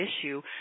issue